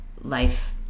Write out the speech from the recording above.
life